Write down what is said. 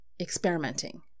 experimenting